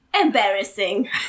Embarrassing